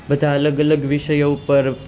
બધા અલગ અલગ વિષયો ઉપર